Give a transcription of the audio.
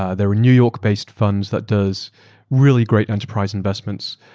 ah they were new york-based funds that does really great enterprise investments.